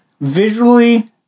visually